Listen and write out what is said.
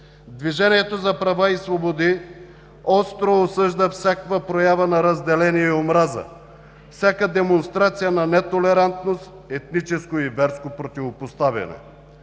Движението за права и свободи остро осъжда всякаква проява на разделение и омраза, всяка демонстрация на нетолерантност, етническо и верско противопоставяне.